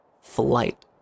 flight